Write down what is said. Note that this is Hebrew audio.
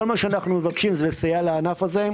כל מה שאנחנו מבקשים הוא לסייע לענף הזה,